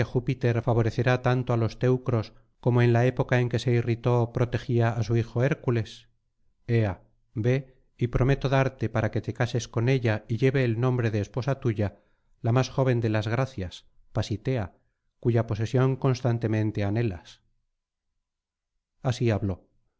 júpiter favorecerá tanto á los teucros como en la época en que se irritó protegía á su hijo hércules ea ve y prometo darte para que te cases con ella y lleve el nombre de esposa tuya la más joven de las gracias pasitea cuya posesión constantemente anhelas así habló